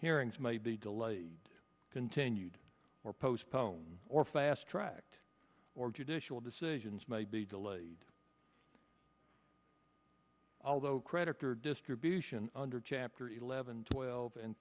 hearings may be delayed continued or postponed or fast tracked or judicial decisions may be delayed although creditor distribution under chapter eleven twelve and